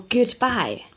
Goodbye